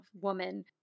woman